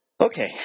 Okay